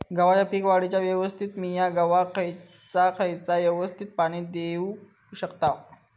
गव्हाच्या पीक वाढीच्या अवस्थेत मिया गव्हाक खैयचा खैयचा अवस्थेत पाणी देउक शकताव?